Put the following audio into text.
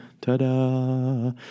Ta-da